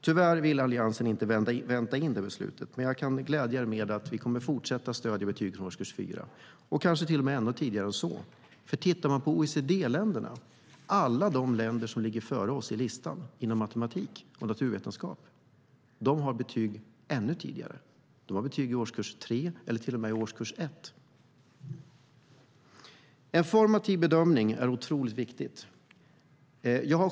Tyvärr ville Alliansen inte vänta in det beslutet, men jag kan glädja er med att vi kommer att fortsätta stödja betyg från årskurs 4 och kanske till och med ännu tidigare än så. Vi kan titta på OECD-länderna. Alla länder som ligger före oss på listan inom matematik och naturvetenskap har betyg ännu tidigare. De har betyg från årskurs 3 eller till och med från årskurs 1. Formativ bedömning är viktigt.